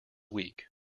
week